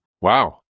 wow